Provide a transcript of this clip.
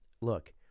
look